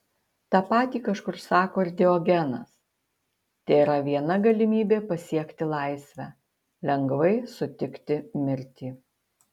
tą patį kažkur sako ir diogenas tėra viena galimybė pasiekti laisvę lengvai sutikti mirtį